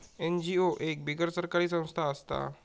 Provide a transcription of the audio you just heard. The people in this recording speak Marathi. एन.जी.ओ एक बिगर सरकारी संस्था असता